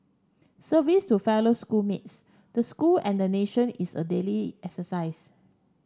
service to fellow school mates the school and the nation is a daily exercise